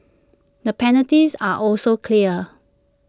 the penalties are also clear